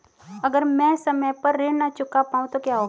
अगर म ैं समय पर ऋण न चुका पाउँ तो क्या होगा?